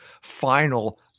final